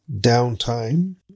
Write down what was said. downtime